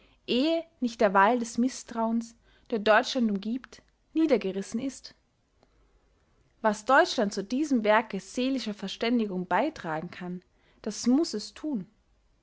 nicht der wall des mißtrauens der deutschland umgibt niedergerissen ist was deutschland zu diesem werke seelischer verständigung beitragen kann das muß es tun